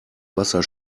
wasser